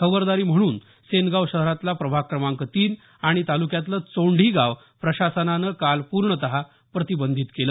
खबरदारी म्हणून सेनगाव शहरातला प्रभाग क्रमांक तीन आणि तालुक्यातलं चोंढी गाव प्रशासनानं कालपूर्णत प्रतिबंधित केलं